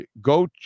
go